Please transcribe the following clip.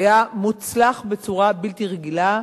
היה מוצלח בצורה בלתי רגילה,